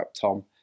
Tom